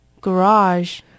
Garage